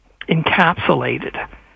encapsulated